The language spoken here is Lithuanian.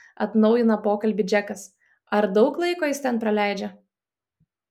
atnaujina pokalbį džekas ar daug laiko jis ten praleidžia